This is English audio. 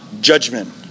judgment